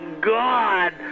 God